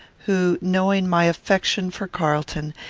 who, knowing my affection for carlton,